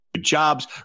jobs